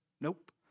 nope